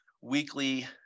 weekly